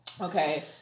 Okay